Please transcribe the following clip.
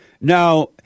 Now